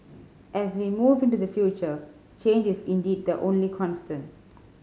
as we move into the future change is indeed the only constant